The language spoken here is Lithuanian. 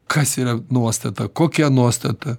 kas yra nuostata kokia nuostata